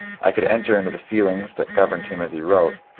i could enter into the feelings that governed him as he wrote.